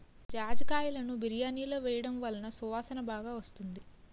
జాజికాయలును బిర్యానిలో వేయడం వలన సువాసన బాగా వస్తుంది